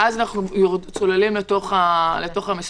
ואז אנחנו צוללים לתוך המספרים,